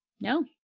No